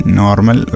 normal